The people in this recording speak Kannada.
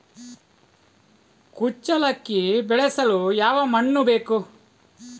ಕುಚ್ಚಲಕ್ಕಿ ಬೆಳೆಸಲು ಯಾವ ಮಣ್ಣು ಬೇಕು?